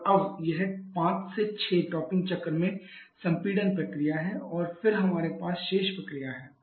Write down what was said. और अब यह 5 से 6 टॉपिंग चक्र में संपीड़न प्रक्रिया है और फिर हमारे पास शेष प्रक्रिया है